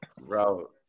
Bro